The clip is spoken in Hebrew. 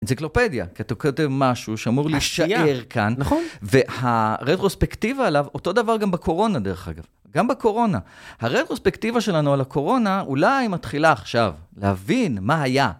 אנציקלופדיה.. משהו שאמור להישאר כאן. נכון. והרטרוספקטיבה עליו, אותו דבר גם בקורונה דרך אגב, גם בקורונה. הרטרוספקטיבה שלנו על הקורונה אולי מתחילה עכשיו להבין מה היה.